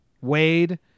Wade